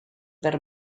per